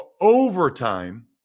Overtime